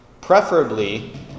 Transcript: Preferably